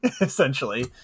essentially